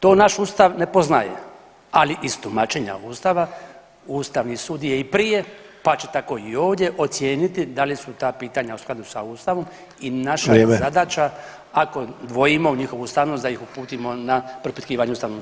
To naš Ustav ne poznaje, ali iz tumačenja Ustava Ustavni sud je i prije, pa će tako i ovdje ocijeniti da li su ta pitanja u skladu sa Ustavom i naša [[Upadica Sanader: Vrijeme.]] je zadaća ako dvojimo u njihovu ustavnost da ih uputimo na propitkivanje Ustavnom sudu.